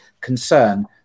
concern